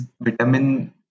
vitamin